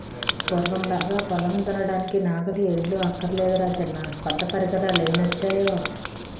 పూర్వంలాగా పొలం దున్నడానికి నాగలి, ఎడ్లు అక్కర్లేదురా చిన్నా కొత్త పరికరాలెన్నొచ్చేయో